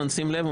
שים לב,